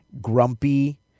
grumpy